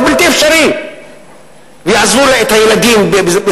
זה בלתי אפשרי ששניהם יעזבו את הילדים.